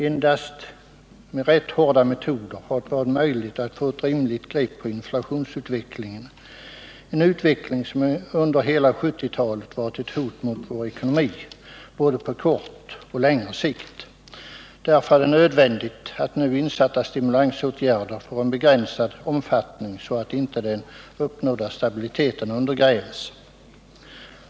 Endast med rätt hårda metoder har det varit möjligt att få ett Torsdagen den rimligt grepp på inflationsutvecklingen, en utveckling som under hela 1970 14 december 1978 talet varit ett hot mot vår ekonomi, både på kort och längre sikt. Därför är det nödvändigt att nu insatta stimulansåtgärder får en begränsad omfattning så att inte den uppnådda stabiliteten undergrävs.